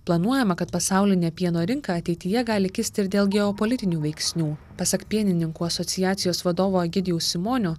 planuojama kad pasaulinė pieno rinka ateityje gali kisti ir dėl geopolitinių veiksnių pasak pienininkų asociacijos vadovo egidijaus simonio